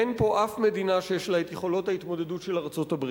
אין פה אף מדינה שיש לה את יכולות ההתמודדות של ארצות-הברית.